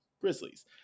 Grizzlies